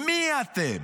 מי אתם?